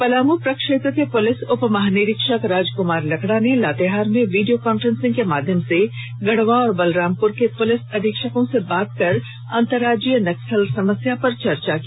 पलामू प्रक्षेत्र के प्रलिस उप महानिरीक्षक राज कुमार लकड़ा ने लातेहार में वीडियों कांफ्रेंसिंग के माध्यम से गढ़वा और बलरामपुर के पुलिस अधीक्षकों से बात कर अंतरराज्यीय नक्सल समस्या पर चर्चा की